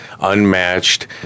unmatched